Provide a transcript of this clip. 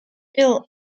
ill